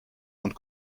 und